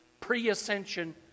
pre-ascension